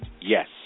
yes